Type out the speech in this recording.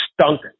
stunk